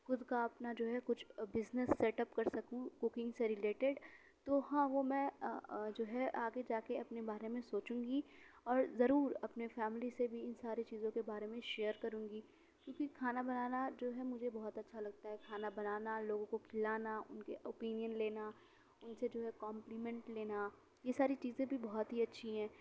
خود کا اپنا جو ہے کچھ بزنس سیٹ اپ کر سکوں کوکنگ سے ریلیٹڈ تو ہاں وہ میں جو ہے آگے جا کے اپنے بارے میں سوچوں گی اور ضرور اپنے فیملی سے بھی ان ساری چیزوں کے بارے میں شیئر کروں گی کیونکہ کھانا بنانا جو ہے مجھے بہت اچھا لگتا ہے کھانا بنانا لوگوں کو کھلانا ان کے اوپینین لینا ان سے جو ہے کمپلیمنٹ لینا یہ ساری چیزیں بھی بہت ہی اچھی ہیں